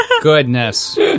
goodness